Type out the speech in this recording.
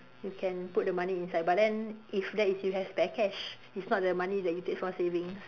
you can put the money inside but then that is if you have spare cash it's not they money that you take from savings